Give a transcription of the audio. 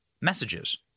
messages